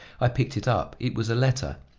i picked it up it was a letter,